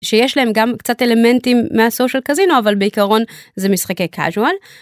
שיש להם גם קצת אלמנטים מהסושל קזינו אבל בעיקרון זה משחק קאזואל.